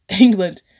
England